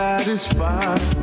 Satisfied